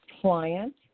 client